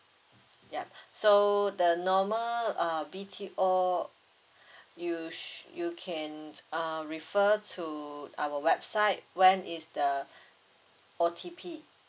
ya so the normal uh B_T_O you you can uh refer to our website when is the O_T_P